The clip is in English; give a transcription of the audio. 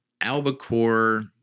albacore